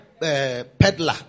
peddler